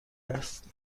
است